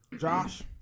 Josh